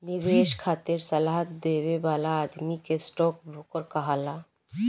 निवेश खातिर सलाह देवे वाला आदमी के स्टॉक ब्रोकर कहाला